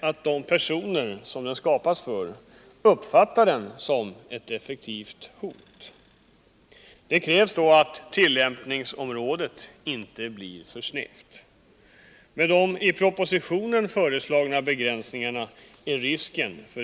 I ringa fall skall påföljden vara böter eller fängelse i högst sex månader.